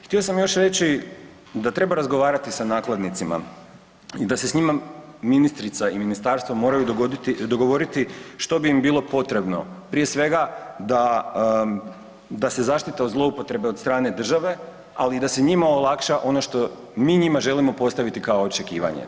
I htio sam još reći da treba razgovarati sa nakladnicima i da se s njima ministrica i ministarstvo moraju dogovoriti što bi im bilo potrebno prije svega da se zaštite od zloupotrebe od strane države, ali da se i njima olakša ono što mi njima želimo postaviti kao očekivanje.